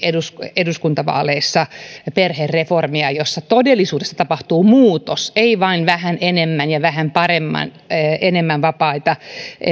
eduskuntavaaleissa perhereformia jossa todellisuudessa tapahtuu muutos ei vain vähän paremmin ja vähän enemmän vapaita